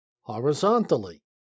horizontally